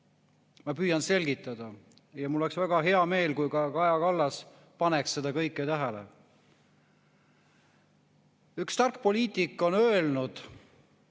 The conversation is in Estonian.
Ma püüan seda selgitada ja mul oleks väga hea meel, kui ka Kaja Kallas paneks seda kõike tähele. Üks tark poliitik on öelnud